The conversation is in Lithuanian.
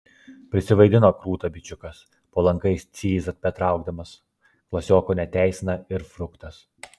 prisivaidino krūtą bičiukas po langais cyzą betraukdamas klasioko neteisina ir fruktas